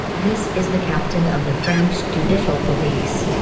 this is the captain of the french judicial police.